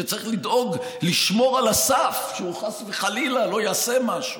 שצריך לדאוג לשמור על הסף שהוא חס וחלילה לא יעשה משהו?